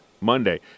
Monday